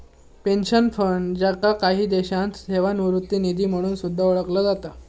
pension fund, ज्याका काही देशांत सेवानिवृत्ती निधी म्हणून सुद्धा ओळखला जाता